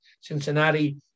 Cincinnati